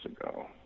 ago